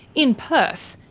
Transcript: in perth,